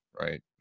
right